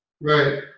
right